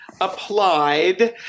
applied